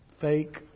fake